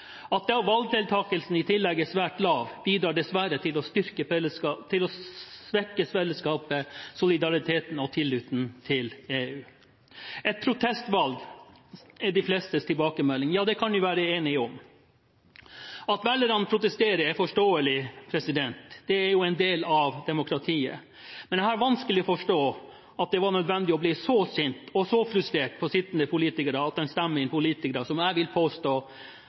At da valgdeltakelsen i tillegg er svært lav, bidrar dessverre til å svekke fellesskapet, solidariteten og tilliten til EU. Et protestvalg, er tilbakemeldingen fra de fleste. Ja, det kan vi være enige om. At velgerne protesterer, er forståelig, det er jo en del av demokratiet, men jeg har vanskelig for å forstå at det var nødvendig å bli så sint og så frustrert på sittende politikere at en stemte inn politikere som jeg vil påstå